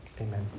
Amen